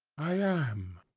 i am!